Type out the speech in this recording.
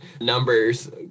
numbers